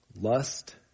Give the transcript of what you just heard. lust